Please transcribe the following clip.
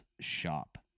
shop